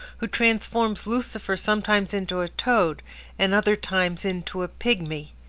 who transforms lucifer sometimes into a toad and other times into a pigmy,